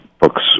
books